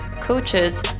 coaches